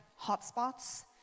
hotspots